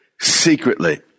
secretly